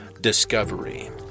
Discovery